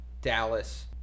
dallas